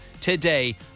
today